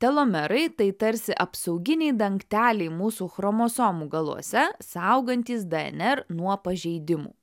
telomerai tai tarsi apsauginiai dangteliai mūsų chromosomų galuose saugantys dnr nuo pažeidimų